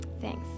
Thanks